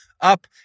up